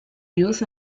youth